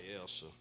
else